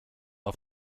auf